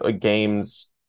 games